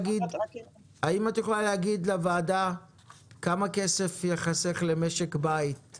האם את יכולה להגיד לוועדה כמה כסף ייחסך למשק בית עם